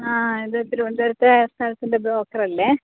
ആ ഇത് തിരുവനന്തപുരത്തെ സ്ഥലത്തിൻ്റെ ബ്രോക്കർ അല്ലെ